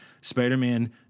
Spider-Man